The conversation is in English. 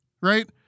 Right